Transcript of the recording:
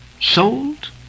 sold